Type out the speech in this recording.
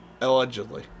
Allegedly